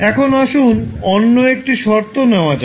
এখন আসুন অন্য একটি শর্ত নেওয়া যাক